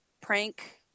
prank